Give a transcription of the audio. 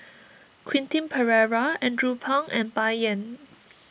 Quentin Pereira Andrew Phang and Bai Yan